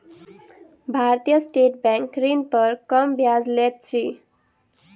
भारतीय State Bank ऋण पर कम ब्याज लैत अछि